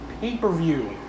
pay-per-view